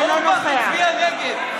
אורבך הצביע נגד.